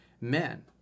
men